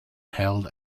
held